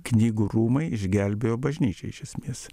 knygų rūmai išgelbėjo bažnyčią iš esmės